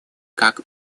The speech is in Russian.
как